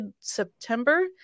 september